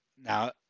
now